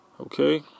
Okay